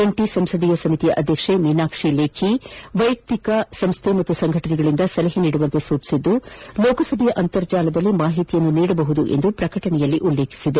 ಜಂಟಿ ಸಂಸದೀಯ ಅಧ್ಯಕ್ಷೆ ಮೀನಾಕ್ಷಿ ಲೇಖಿ ಅವರು ವೈಯಕ್ತಿಕ ಸಂಸ್ಥೆ ಮತ್ತು ಸಂಘಟನೆಗಳಿಂದ ಸಲಹೆ ನೀಡುವಂತೆ ಸೂಚಿಸಿದ್ದು ಲೋಕಸಭೆಯ ಅಂತರ್ಜಾಲದಲ್ಲಿ ಮಾಹಿತಿಯನ್ನು ನೀಡಬಹುದು ಎಂದು ಪ್ರಕಟಣೆಯಲ್ಲಿ ಉಲ್ಲೇಖಿಸಿದೆ